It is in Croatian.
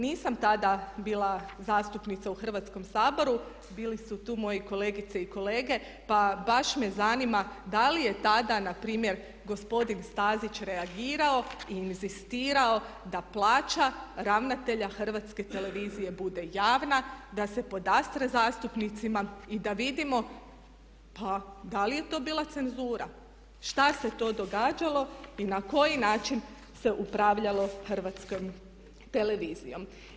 Nisam tada bila zastupnica u Hrvatskom saboru, bili su tu moji kolegice i kolege, pa baš me zanima da li je tada na primjer gospodin Stazić reagirao i inzistirao da plaća ravnatelja Hrvatske televizije bude javna, da se podastre zastupnicima i da vidimo pa da li je to bila cenzura, šta se to događalo i na koji način se upravljalo Hrvatskom televizijom.